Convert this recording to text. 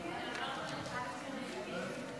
לפני שנעבור לסעיף הבא